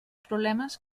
problemes